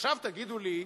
עכשיו תגידו לי: